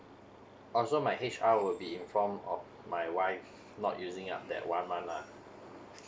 also my H_R would be inform of my wife not using up that one month ah